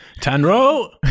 Tanro